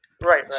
right